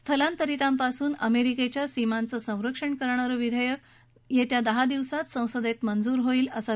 स्थलांतरितांपासून अमेरिकेच्या सीमांचं संरक्षण करणारं विधेयक येत्या दहा दिवसात संसदेमधे मंजूर होईल असं ते म्हणाले